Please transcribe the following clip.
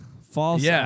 False